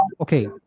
Okay